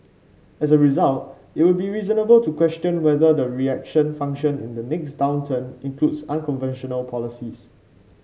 as a result it would be reasonable to question whether the reaction function in the next downturn includes unconventional policies